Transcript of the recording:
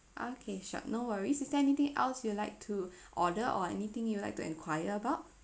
okay sure no worries is there anything else you'd like to order or anything you'd like to enquire about